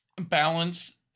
balance